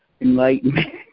enlightenment